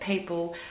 people